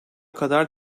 kadar